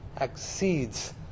exceeds